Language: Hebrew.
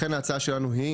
לכן ההצעה שלנו היא: